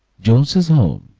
jonesy's home,